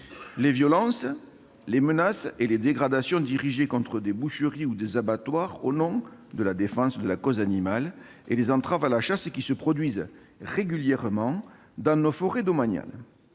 les violences, les menaces et les dégradations dirigées contre des boucheries ou des abattoirs au nom de la défense de la cause animale, d'autre part, les entraves à la chasse qui ont lieu régulièrement dans nos forêts domaniales.